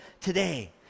today